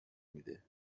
میده